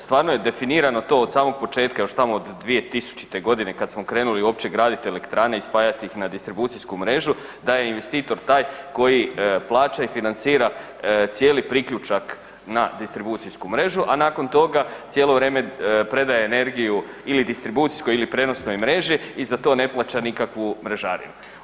Stvarno je definirano to od samog početka još tamo od 2000.-te godine kad smo krenuli uopće graditi elektrane i spajat ih na distribucijsku mrežu, da je investitor taj koji plaća i financira cijeli priključak na distribucijsku mrežu, a nakon toga cijelo vrijeme predaje energiju ili distribucijskoj ili prenosnoj mreži i za to ne plaća nikakvu mrežarinu.